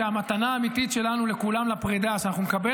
שהמתנה האמיתית שלנו לכולם לפרידה היא שאנחנו נקבל